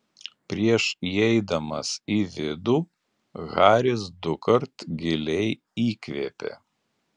prieš įeidamas į vidų haris dukart giliai įkvėpė